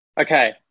Okay